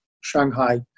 Shanghai